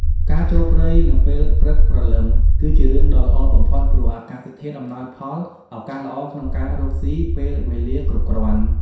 ការចូលព្រៃនៅពេលព្រឹកព្រលឹម គឺជារឿងដ៏ល្អបំផុត ព្រោះ អាកាសធាតុអំណោយផល ឱកាសល្អក្នុងការរកស៊ី ពេលវេលាគ្រប់គ្រាន់ ។